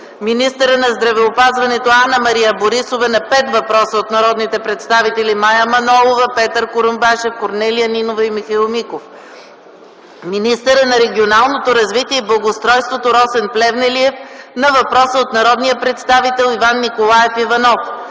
министърът на здравеопазването Анна-Мария Борисова на пет въпроса от народните представители Мая Манолова, Петър Курумбашев, Корнелия Нинова и Михаил Миков; - министърът на регионалното развитие и благоустройството Росен Плевнелиев на въпрос от народния представител Иван Николаев Иванов;